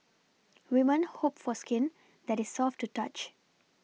women hope for skin that is soft to touch